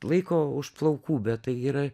laiko už plaukų bet taigi yra